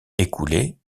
écoulés